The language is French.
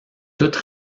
toute